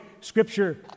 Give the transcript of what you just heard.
Scripture